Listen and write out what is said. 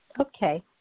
okay